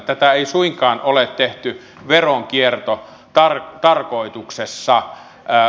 tätä ei suinkaan ole tehty veronkiertotarkoituksessa